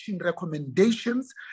recommendations